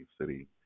city